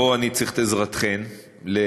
פה אני צריך את עזרתכן לעתיד,